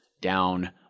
down